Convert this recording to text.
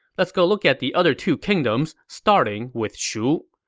let's go look at the other two kingdoms, starting with shu.